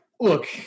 Look